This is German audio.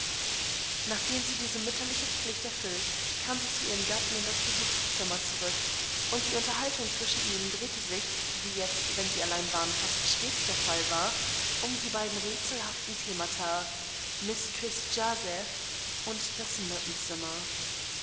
nachdem sie diese mütterliche pflicht erfüllt kam sie zu ihrem gatten in das besuchszimmer zurück und die unterhaltung zwischen ihnen drehte sich wie jetzt wenn sie allein waren fast stets der fall war um die beiden rätselhaften themata mistreßjazephunddasmyrtenzimmer